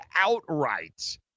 outright